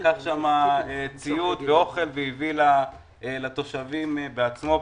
לקח משם ציוד ואוכל והביא לתושבים בעצמו.